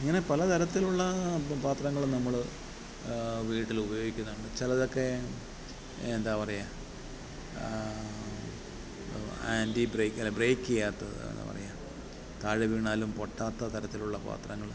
ഇങ്ങനെ പല തരത്തിലുള്ള പാത്രങ്ങളും നമ്മൾ വീട്ടിൽ ഉപയോഗിക്കുന്നുണ്ട് ചിലതൊക്കെ എന്താ പറയാ ആൻ്റി ഈ ബ്രേക്ക് അല്ല ബ്രേക്ക് ചെയ്യാത്തത് എന്താ പറയാ താഴെ വീണാലും പൊട്ടാത്ത തരത്തിലുള്ള പാത്രങ്ങൾ